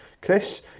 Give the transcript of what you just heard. Chris